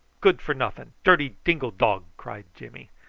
good for nothing, dirty dingo dog, cried jimmy.